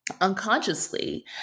Unconsciously